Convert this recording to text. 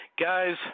Guys